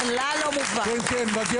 בכלל לא מובן מאליו.